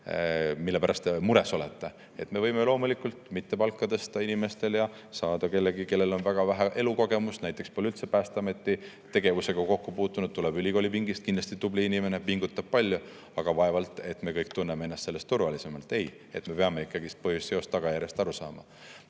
mille pärast te mures olete. Me võime loomulikult inimestel palka mitte tõsta ja saada kellegi, kellel on väga vähe elukogemust, kes näiteks pole üldse Päästeameti tegevusega kokku puutunud, tuleb ülikoolipingist – kindlasti tubli inimene, pingutab palju, aga vaevalt et me kõik tunneme ennast siis turvalisemalt. Ei. Me peame ikkagi põhjuse-tagajärje seosest aru saama.